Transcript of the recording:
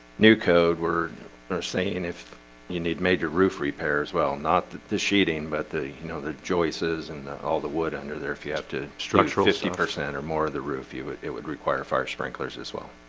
new code we're under saying and if you need major roof repairs well not the the sheathing but the you know the choices and all the wood under there if you have to structural this new person and or more of roof you but it would require fire sprinklers as well.